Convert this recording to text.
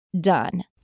done